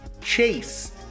Chase